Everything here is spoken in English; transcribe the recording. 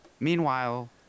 Meanwhile